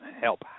help